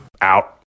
Out